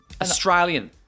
Australian